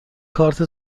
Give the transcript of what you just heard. کارت